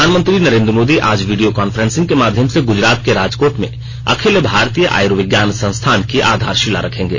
प्रधानमंत्री नरेन्द्र मोदी आज video conference के माध्यम से गुजरात के राजकोट में अखिल भारतीय आयूर्विज्ञान संस्थान की आधारशिला रखेंगे